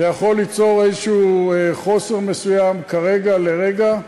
זה יכול ליצור איזשהו חוסר מסוים, כרגע, לרגע,